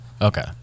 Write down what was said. Okay